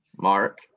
Mark